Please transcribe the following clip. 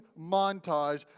montage